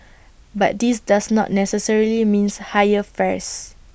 but this does not necessarily mean higher fares